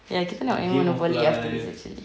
ya kita nak main monopoly after this actually